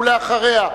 ואחריה,